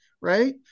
right